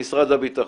במשרד הביטחון,